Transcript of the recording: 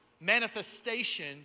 manifestation